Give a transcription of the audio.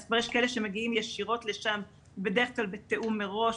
אז כבר יש כאלה שמגיעים ישירות לשם בדרך כלל בתיאום מראש.